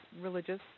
religious